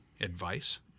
advice